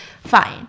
Fine